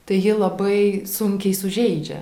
tai ji labai sunkiai sužeidžia